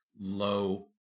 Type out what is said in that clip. low